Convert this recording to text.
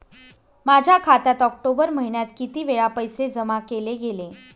माझ्या खात्यात ऑक्टोबर महिन्यात किती वेळा पैसे जमा केले गेले?